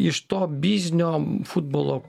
iš to biznio futbolo